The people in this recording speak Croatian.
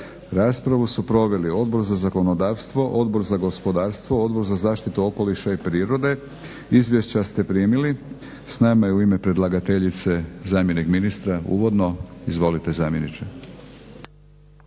Raspravu su proveli Odbor za zakonodavstvo, Odbor za gospodarstvo, Odbor za zaštitu okoliša i prirode. Izvješća ste primili. S nama je u ime predlagateljice zamjenik ministra uvodno. Izvolite zamjeniče.